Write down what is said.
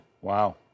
Wow